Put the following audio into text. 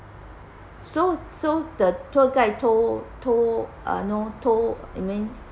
so so the tour guide told told uh know told I mean